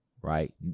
Right